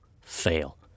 fail